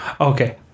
okay